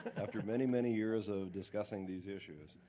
after many many years of discussing these issues.